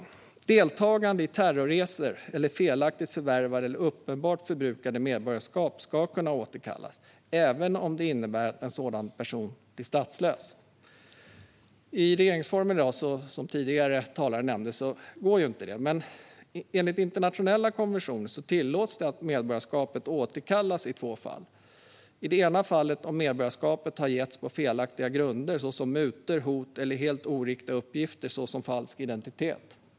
När det gäller deltagande i terrorresor och felaktigt förvärvade eller uppenbart förbrukade medborgarskap ska medborgarskapet kunna återkallas även om det innebär att den berörda personen blir statslös. Som tidigare talare nämnde går inte detta i dag enligt regeringsformen. Men enligt internationella konventioner tillåts det att medborgarskapet återkallas i två fall. Det ena fallet är när medborgarskapet har getts på felaktiga grunder. Det kan till exempel handla om mutor, hot eller helt oriktiga uppgifter, såsom falsk identitet.